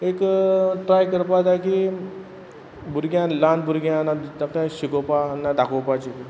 एक ट्राय करपा जाय की भुरग्यां ल्हान भुरग्यान आन ताकाय शिकोवपा ना दाखोवपाची